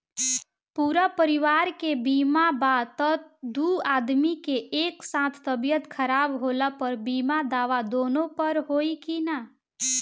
पूरा परिवार के बीमा बा त दु आदमी के एक साथ तबीयत खराब होला पर बीमा दावा दोनों पर होई की न?